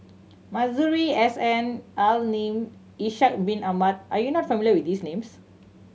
Masuri S N Al Lim Ishak Bin Ahmad are you not familiar with these names